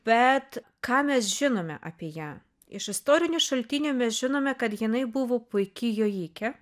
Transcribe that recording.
bet ką mes žinome apie ją iš istorinių šaltinių mes žinome kad jinai buvo puiki jojikė